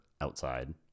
outside